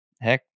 heck